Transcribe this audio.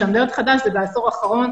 כשאני אומרת חדש זה בעשור האחרון,